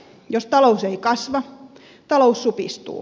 jos talous ei kasva talous supistuu